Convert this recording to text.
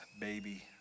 baby